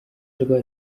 rwa